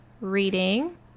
reading